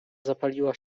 zapaliła